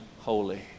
holy